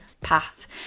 path